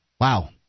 Wow